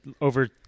Over